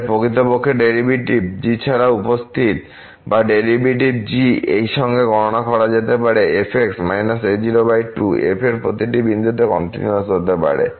তাই প্রকৃতপক্ষেডেরিভেটিভ g এছাড়াও উপস্থিত বা ডেরিভেটিভ gএই সঙ্গে গণনা করা যেতে f এর প্রতিটি বিন্দুতে কন্টিনিউয়িটি হতে পারে